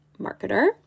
marketer